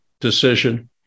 decision